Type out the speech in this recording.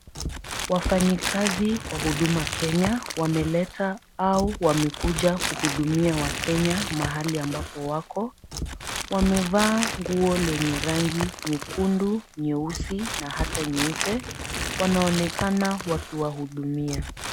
Wafanyikazi wa huduma Kenya wameleta au wamekuja kuhudumia wakenya mahali ambapo wako. Wamevaa nguo lenye rangi nyekundu, nyeusi na hata nyeupe. Wanaonekana wakiwahudumia.